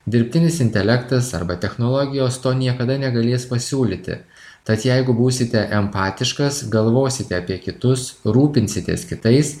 dirbtinis intelektas arba technologijos to niekada negalės pasiūlyti tad jeigu būsite empatiškas galvosite apie kitus rūpinsitės kitais